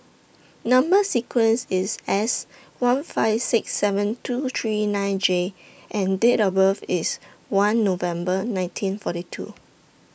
Number sequence IS S one five six seven two three nine J and Date of birth IS one November nineteen forty two